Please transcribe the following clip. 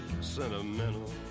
sentimental